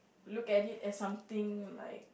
look at it as something like